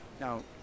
Now